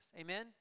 Amen